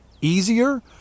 easier